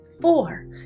Four